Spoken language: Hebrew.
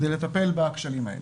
כדי לטפל בכשלים האלה.